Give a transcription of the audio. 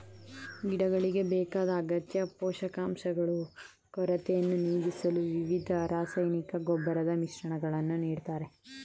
ಗಿಡಗಳಿಗೆ ಬೇಕಾದ ಅಗತ್ಯ ಪೋಷಕಾಂಶಗಳು ಕೊರತೆಯನ್ನು ನೀಗಿಸಲು ವಿವಿಧ ರಾಸಾಯನಿಕ ಗೊಬ್ಬರದ ಮಿಶ್ರಣಗಳನ್ನು ನೀಡ್ತಾರೆ